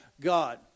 God